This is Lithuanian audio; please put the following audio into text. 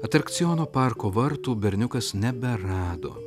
atrakciono parko vartų berniukas neberado